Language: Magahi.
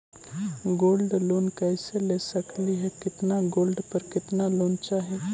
गोल्ड लोन कैसे ले सकली हे, कितना गोल्ड पर कितना लोन चाही?